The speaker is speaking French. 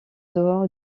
dehors